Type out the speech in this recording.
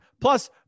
plus